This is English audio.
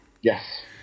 Yes